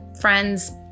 friend's